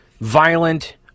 violent